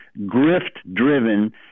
grift-driven